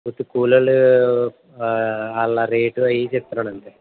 ఉత్తి కూలలో వాళ్ల రేటు అవి ఇవి చెప్తున్నా అంతే